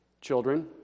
Children